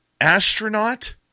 astronaut